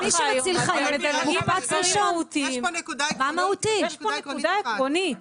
יש פה נקודה עקרונית.